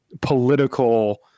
political